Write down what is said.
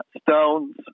Stones